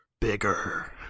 Bigger